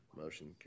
Motion